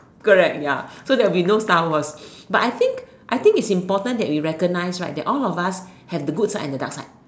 correct ya so there would be no Star-Wars but I think I think its important to recognise right that all of us have the good side and the dark side